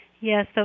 Yes